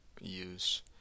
use